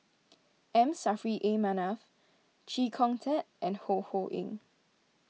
M Saffri A Manaf Chee Kong Tet and Ho Ho Ying